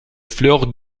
fleurs